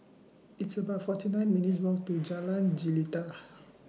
It's about forty nine minutes' Walk to Jalan Jelita